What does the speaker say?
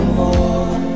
more